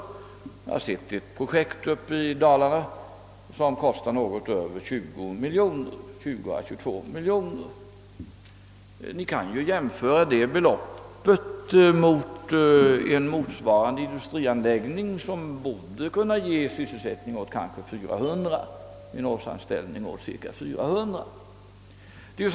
Jag har sett ett projekt uppe i Dalarna som kostar 20—22 miljoner kronor. Ni kan ju jämföra detta med att samma belopp för en industrianläggning borde kunna ge årsanställning åt 400 personer.